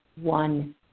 one